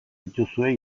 dituzue